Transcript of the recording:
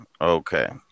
okay